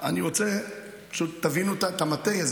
תבינו את המטריה.